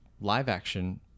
live-action